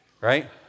right